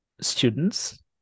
students